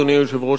אדוני היושב-ראש,